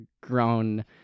grown